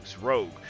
Rogue